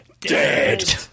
Dead